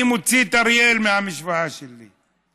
אני מוציא את אריאל מהמשוואה שלי.